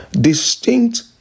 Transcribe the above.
distinct